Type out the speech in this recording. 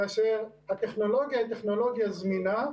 כאשר הטכנולוגיה היא טכנולוגיה זמינה.